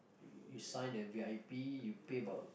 you sign the v_i_p you pay about